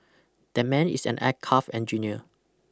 that man is an aircraft engineer